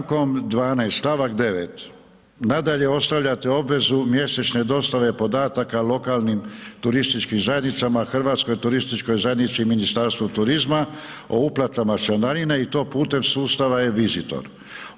Člankom 12. stavak 9. nadalje ostavljate obvezu mjesečne dostave podataka lokalnim turističkim zajednicama, Hrvatskoj turističkoj zajednici i Ministarstvu turizma o uplatama članarine i to putem sustava eVisitor.